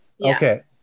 Okay